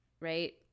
right